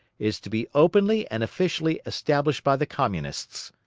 is to be openly and officially established by the communists.